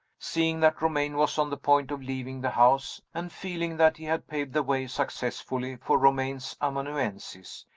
seeing that romayne was on the point of leaving the house, and feeling that he had paved the way successfully for romayne's amanuensis,